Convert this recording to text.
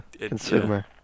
consumer